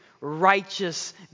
righteous